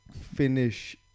finish